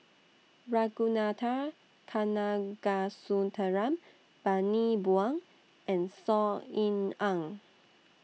Ragunathar Kanagasuntheram Bani Buang and Saw Ean Ang